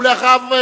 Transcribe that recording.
ואחריו,